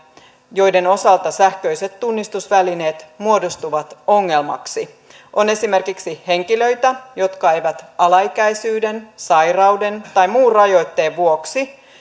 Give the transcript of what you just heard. joiden osalta sähköiset tunnistusvälineet muodostuvat ongelmaksi on esimerkiksi henkilöitä jotka eivät alaikäisyyden sairauden tai muun rajoitteen vuoksi